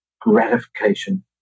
gratification